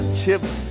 chips